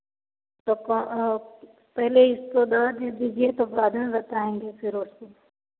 तो क पहले इसको द दे दीजिए तो बाद में बताएँगे फिर से